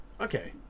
Okay